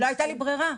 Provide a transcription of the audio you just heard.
לא הייתה לי ברירה.